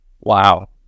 Wow